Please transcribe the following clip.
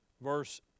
Verse